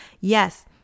Yes